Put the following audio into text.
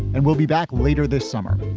and we'll be back later this summer.